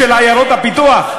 של עיירות הפיתוח?